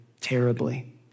terribly